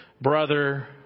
brother